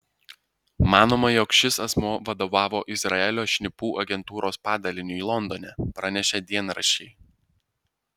manoma jog šis asmuo vadovavo izraelio šnipų agentūros padaliniui londone pranešė dienraščiai